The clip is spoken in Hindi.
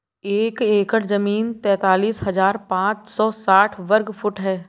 एक एकड़ जमीन तैंतालीस हजार पांच सौ साठ वर्ग फुट है